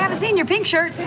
seen your pink shirt